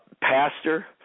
Pastor